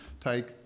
take